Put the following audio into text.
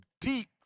deep